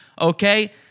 Okay